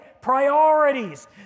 Priorities